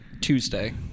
Tuesday